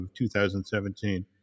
2017